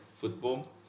football